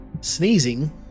Sneezing